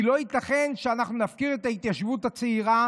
כי לא ייתכן שנפקיר את ההתיישבות הצעירה